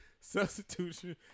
substitution